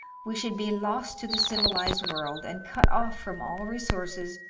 we should be lost to the civilized world and cut off from all resources,